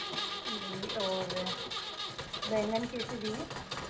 भिंडी और बैंगन कैसे दिए